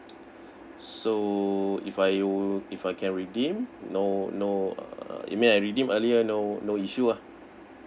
so if I will if I can redeem no no err even I redeem earlier no no issue ah